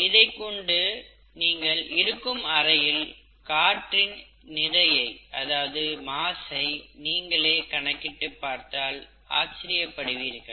இதைக்கொண்டு நீங்கள் இருக்கும் அறையில் காற்றின் நிறையை நீங்களே கணக்கிட்டு பார்த்தால் ஆச்சரியப்படுவீர்கள்